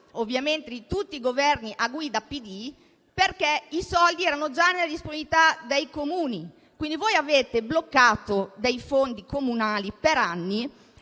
ovviamente di tutti i Governi a guida PD - perché i soldi erano già nella disponibilità dei Comuni. Quindi voi avete bloccato dei fondi comunali per anni